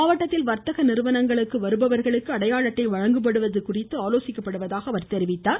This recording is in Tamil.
மாவட்டத்தில் வர்த்தக நிறுவனத்திற்கு வருபவர்களுக்கு அடையாள அட்டை வழங்கப்படுவது குறித்து ஆலோசிக்கப்படுவதாக கூறினார்